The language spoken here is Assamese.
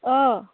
অঁ